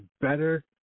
better